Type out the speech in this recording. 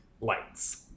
lights